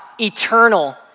eternal